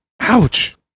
Ouch